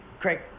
Craig